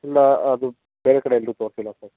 ಇಲ್ಲ ಅದು ಬೇರೆ ಕಡೆ ಎಲ್ಲೂ ತೋರಿಸಿಲ್ಲ ಸರ್